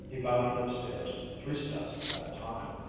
he bounded upstairs, three steps at a time.